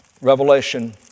Revelation